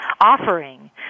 offering